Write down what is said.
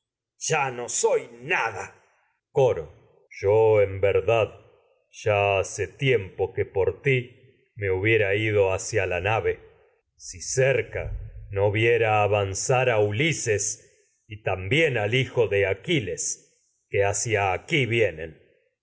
ya no se ausentó como odiosos soy en nada verdad ya la yo ido hace si tiempo no que por ti me hubiera a hacia nave cerca viera que avan zar ulises y también al hijo de aquiles hacia aquí vienen